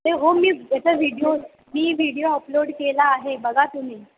ते हो मी त्याचा व्हिडओ मी व्हिडिओ अपलोड केला आहे बघा तुम्ही